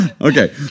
Okay